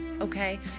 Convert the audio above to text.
okay